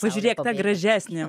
pažiūrėk ta gražesnė